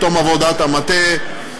בתום עבודת המטה,